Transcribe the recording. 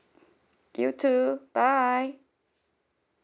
you too bye